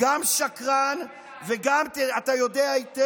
אתה גם שקרן, ואתה גם יודע היטב